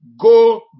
Go